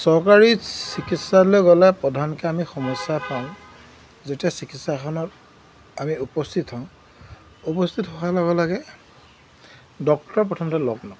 চৰকাৰী চিকিৎসালয়লৈ গ'লে প্ৰধানকৈ আমি সমস্যা পাওঁ যেতিয়া চিকিৎসালয়খনত আমি উপস্থিত হওঁ উপস্থিত হোৱাৰ লগে লগে ডক্টৰ প্ৰথমতে লগ নাপাওঁ